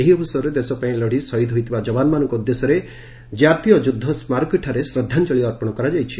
ଏହି ଅବସରରେ ଦେଶପାଇଁ ଲଢ଼ି ଶହୀଦ୍ ହୋଇଥିବା ଯବାନମାନଙ୍କ ଉଦ୍ଦେଶ୍ୟରେ ଜାତୀୟ ଯୁଦ୍ଧ ସ୍କାରକୀଠାରେ ଶ୍ରଦ୍ଧାଞ୍ଜଳୀ ଅର୍ପଣ କରାଯାଇଛି